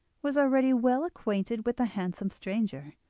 was already well acquainted with the handsome stranger,